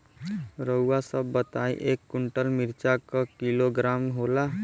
रउआ सभ बताई एक कुन्टल मिर्चा क किलोग्राम होला?